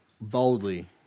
boldly